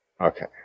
okay